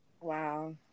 wow